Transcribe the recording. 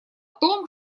том